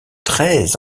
treize